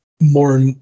more